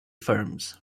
firms